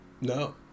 No